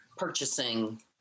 purchasing